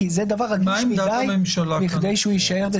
כי זה דבר רגיש מדי מכדי שהוא יישאר כך.